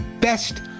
best